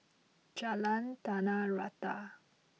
Jalan Tanah Rata